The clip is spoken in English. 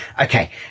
okay